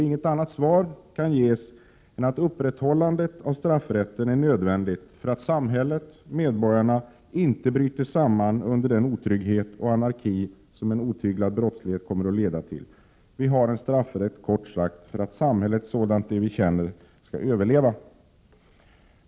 Inget annat svar kan ges än att upprätthållandet av straffrätten är nödvändigt för att samhället och medborgarna inte skall bryta samman under den otrygghet och anarki som én otyglad brottslighet kommer att leda till. Vi har en straffrätt kort sagt för att samhället sådant vi känner det skall överleva.